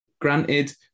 granted